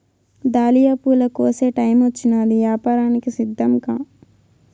dahlia పూల కోసే టైమొచ్చినాది, యాపారానికి సిద్ధంకా